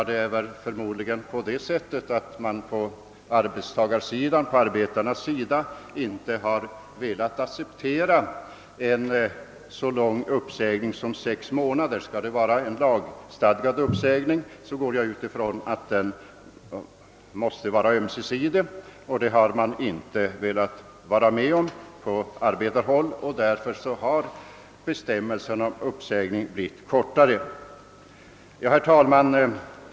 Det beror förmodligen på att man på arbetstagarsidan inte velat acceptera en så lång uppsägningstid som sex månader; skall det vara en stadgad uppsägningstid, utgår jag ifrån att den måste vara ömsesidig, och det har man på arbetarhåll inte velat vara med om. Därför har uppsägningstiden enligt bestämmelserna blivit kortare. Herr talman!